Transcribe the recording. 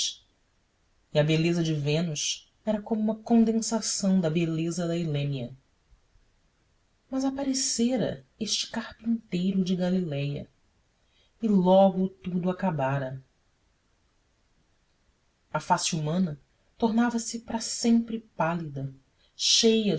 e a beleza de vênus era como uma condensação da beleza da helênia mas aparecera este carpinteiro de galiléia e logo tudo acabara a face humana tornava-se para sempre pálida cheia